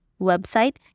website